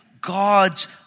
God's